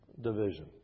division